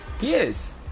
Yes